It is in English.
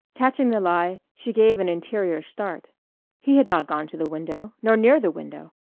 catching the lie, she gave an interior start he had not gone to the window, nor near the window.